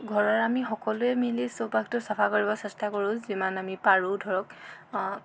ঘৰৰ আমি সকলোৱে মিলি চৌপাশটো চফা কৰিব চেষ্টা কৰো যিমান আমি পাৰো ধৰক